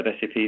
SAP